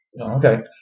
okay